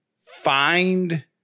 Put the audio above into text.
find